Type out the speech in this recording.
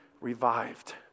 revived